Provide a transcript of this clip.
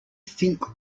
think